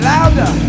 Louder